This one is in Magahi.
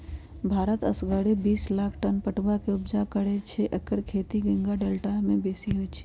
भारत असगरे बिस लाख टन पटुआ के ऊपजा करै छै एकर खेती गंगा डेल्टा में बेशी होइ छइ